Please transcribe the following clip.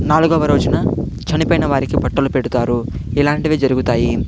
నాలుగవ రోజున చనిపోయిన వారికి బట్టలు పెడుతారు ఇలాంటివి జరుగుతాయి